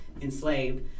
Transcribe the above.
enslaved